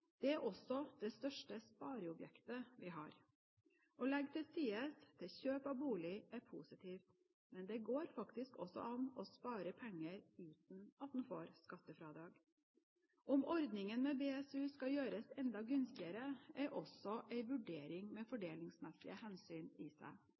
Det er også det største spareobjektet vi har. Å legge til side til kjøp av bolig er positivt, men det går faktisk også an å spare penger uten at en får skattefradrag. Om ordningen med BSU skal gjøres enda gunstigere, er også en vurdering med